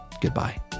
Goodbye